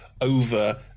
over